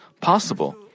possible